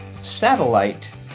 Satellite